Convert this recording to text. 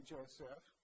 Joseph